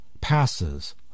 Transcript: passes